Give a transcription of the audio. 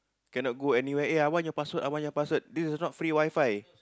cannot go anywhere eh I want your password I want your password this is not free Wi-Fi